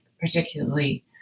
particularly